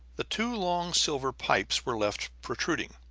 the two long silver pipes were left protruding.